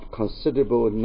considerable